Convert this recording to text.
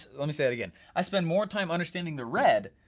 let me say that again, i spend more time understand the red,